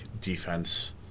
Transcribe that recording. defense